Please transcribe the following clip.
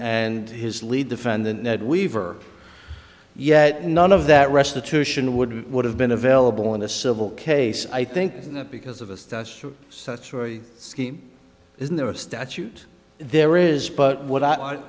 and his lead defendant ned weaver yet none of that restitution would would have been available in a civil case i think that because of us that's such story scheme isn't there a statute there is but what i